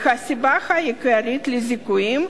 והסיבה העיקרית לזיכויים: